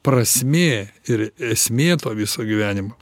prasmė ir esmė to viso gyvenimo